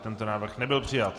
Tento návrh nebyl přijat.